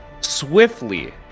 swiftly